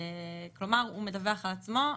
כלומר, הוא מדווח על עצמו,